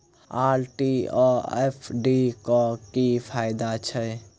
RD आ FD क की फायदा छै?